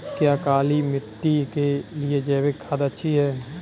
क्या काली मिट्टी के लिए जैविक खाद अच्छी है?